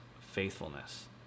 faithfulness